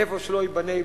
איפה שלא ייבנה,